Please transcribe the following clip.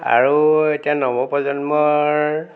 আৰু এতিয়া নৱপ্ৰজন্মৰ